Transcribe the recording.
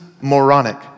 moronic